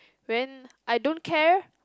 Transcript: when I don't care